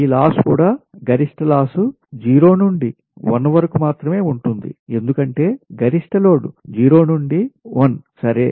ఈ లాస్ కూడా గరిష్ట లాస్ 0 నుండి t వరకు మాత్రమే ఉంటుంది ఎందుకంటే గరిష్ట లోడ్ 0 నుండి t సరే